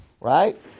right